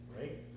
right